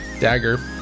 dagger